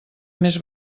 més